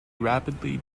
rapidly